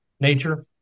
nature